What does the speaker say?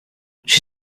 she